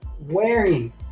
wearing